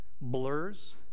blurs